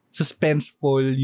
suspenseful